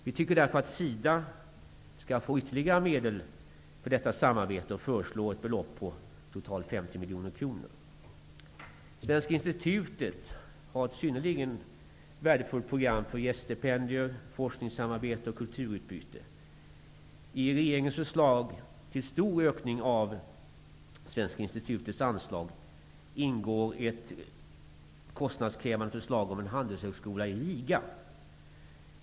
Vi anser därför att SIDA skall få ytterligare medel för detta samarbete och föreslår ett belopp på totalt 50 miljoner kronor. Svenska institutet har ett synnerligen värdefullt program för gäststipendier, forskningssamarbete och kulturutbyte. I regeringens förslag till stor ökning av Svenska institutets anslag ingår ett kostnadskrävande förslag om en handelshögskola i Riga.